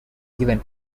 given